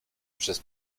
przez